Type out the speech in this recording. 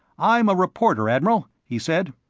i'm a reporter, admiral, he said.